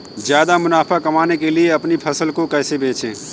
ज्यादा मुनाफा कमाने के लिए अपनी फसल को कैसे बेचें?